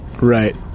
Right